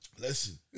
listen